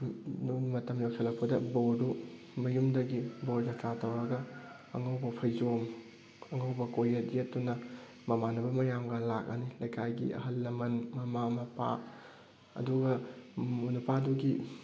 ꯃꯇꯝ ꯌꯧꯁꯜꯂꯛꯄꯗ ꯕꯣꯔꯗꯨ ꯃꯌꯨꯝꯗꯒꯤ ꯕꯣꯔ ꯖꯇ꯭ꯔꯥ ꯇꯧꯔꯒ ꯑꯉꯧꯕ ꯐꯩꯖꯣꯝ ꯑꯉꯧꯕ ꯀꯣꯛꯌꯦꯠ ꯌꯦꯠꯇꯨꯅ ꯃꯃꯥꯟꯅꯕ ꯃꯌꯥꯝꯒ ꯂꯥꯛꯑꯅꯤ ꯂꯩꯀꯥꯏꯒꯤ ꯑꯍꯜ ꯂꯃꯟ ꯃꯃꯥ ꯃꯄꯥ ꯑꯗꯨꯒ ꯅꯨꯄꯥꯗꯨꯒꯤ